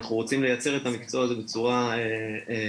אנחנו רוצים לייצר את המקצוע הזה בצורה רצינית,